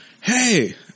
Hey